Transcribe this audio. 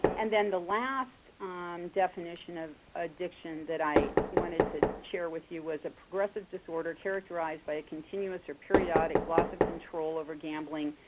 and then the last definition of addiction that i wanted to share with you was a progressive disorder characterized by a continuous or periodic loss of control over gambling,